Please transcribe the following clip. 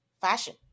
fashion